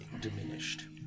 diminished